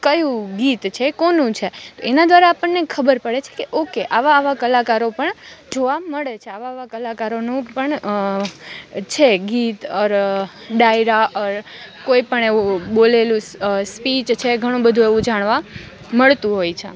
કયું ગીત છે કોનું છે તો એના દ્વારા આપણને ખબર પડે છે કે ઓકે આવા આવા કલાકારો પણ જોવા મળે છે આવા આવા કલાકારોનું પણ છે ગીત ઓર ડાયરા ઓર કોઈ પણ એવું બોલેલું સ્પીચ છે ઘણું બધુ એવું જાણવા મળતું હોય છે